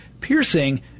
piercing